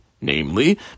Namely